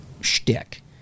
shtick